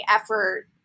effort